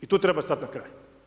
I tu treba stati na kraj.